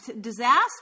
disaster